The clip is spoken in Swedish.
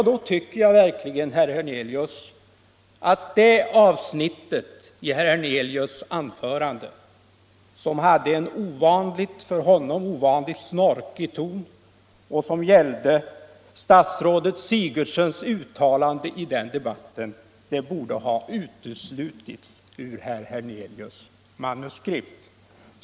Då tycker jag verkligen, herr Hernelius, att det avsnittet i herr Hernelius anförande, som hade en för honom ovanligt snorkig ton och som gällde statsrådet Sigurdsens uttalande i den debatten, borde har uteslutits ur herr Hernelius manuskript.